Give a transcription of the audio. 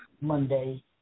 Monday